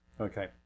okay